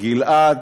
גלעד,